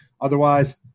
Otherwise